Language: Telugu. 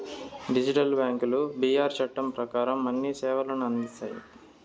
డిజిటల్ బ్యాంకులు బీఆర్ చట్టం ప్రకారం అన్ని సేవలను అందిస్తాయి